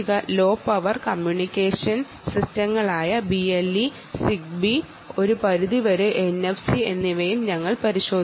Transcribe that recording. law power communication സിസ്റ്റങ്ങളായ BLE ZigBee ഒരു പരിധിവരെ NFC എന്നിവയും ഞങ്ങൾ കണ്ടിരുന്നു